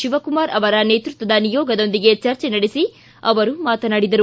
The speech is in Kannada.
ಶಿವಕುಮಾರ್ ನೇತೃತ್ವದ ನಿಯೋಗದೊಂದಿಗೆ ಚರ್ಚೆ ನಡೆಸಿ ಅವರು ಮಾತನಾಡಿದರು